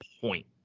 point